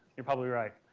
you're probably right.